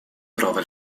trova